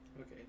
Okay